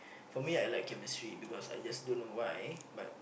for me I like chemistry because I just don't know why but